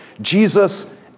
Jesus